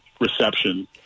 reception